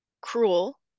cruel